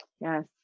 Yes